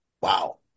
Wow